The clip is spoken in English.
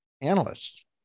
analysts